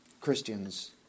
Christians